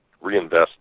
reinvest